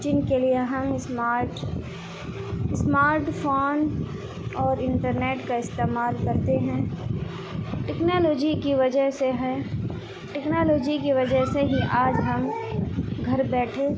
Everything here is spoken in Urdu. جن کے لیے ہم اسماٹ اسمارٹ فون اور انٹرنیٹ کا استعمال کرتے ہیں ٹیکنالوجی کی وجہ سے ہے ٹیکنالوجی کی وجہ سے ہی آج ہم گھر بیٹھے